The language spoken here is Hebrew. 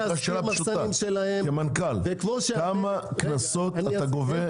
כמנכ"ל כמה קנסות אתם גובים?